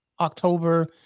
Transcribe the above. october